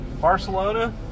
Barcelona